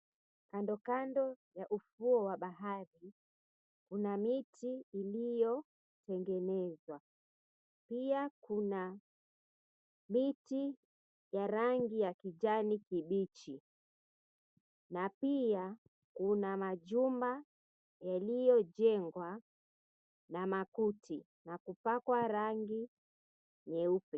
Kandokando ya ufuo wa bahari, kuna miti iliyotengenezwa. Pia kuna miti ya rangi ya kijani kibichi, na pia una majumba yaliyojengwa na makuti, na kupakwa rangi nyeupe.